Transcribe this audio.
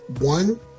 One